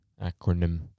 acronym